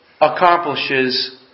accomplishes